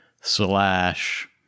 Slash